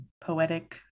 poetic